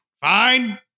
Fine